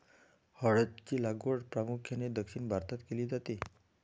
हळद ची लागवड प्रामुख्याने दक्षिण भारतात केली जाते